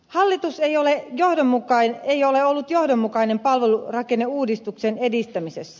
hallitus ei ole ollut johdonmukainen palvelurakenneuudistuksen edistämi sessä